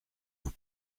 vous